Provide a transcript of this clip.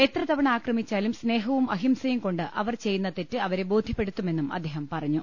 എത്യതവണ ആക്രമി ച്ചാലും സ്നേഹവും അഹിംസയും കൊണ്ട് അവർ ചെയ്യുന്ന തെറ്റ് അവരെ ബോധൃപ്പെടുത്തുമെന്നും അദ്ദേഹം പറഞ്ഞു